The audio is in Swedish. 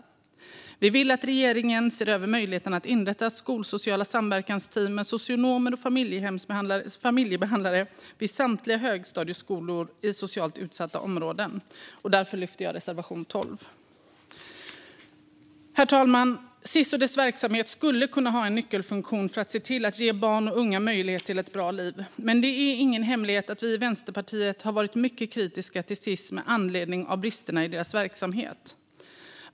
Vänsterpartiet vill att regeringen ser över möjligheten att inrätta skolsociala samverkansteam med socionomer och familjebehandlare vid samtliga högstadieskolor i socialt utsatta områden. Därför yrkar jag bifall till reservation 12. Sis och dess verksamhet skulle kunna ha en nyckelfunktion i att ge barn och unga möjlighet till ett bra liv. Men det är ingen hemlighet att Vänsterpartiet har varit mycket kritiskt till Sis med anledning av bristerna i dess verksamhet.